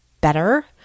better